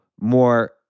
more